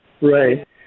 right